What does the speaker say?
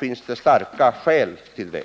finns det starka skäl för det.